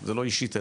זה לא אישית אלייך: